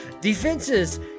Defenses